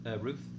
Ruth